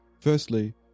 Firstly